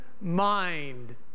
mind